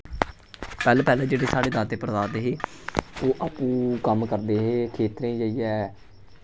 पैह्लें पैह्लें जेह्ड़े साढ़े दादे परदादे हे ओह् आपूं कम्म करदे हे खेत्तरें च जाइयै